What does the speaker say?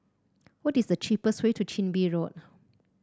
what is the cheapest way to Chin Bee Road